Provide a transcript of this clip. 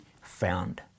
found